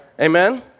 Amen